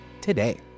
today